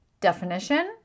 definition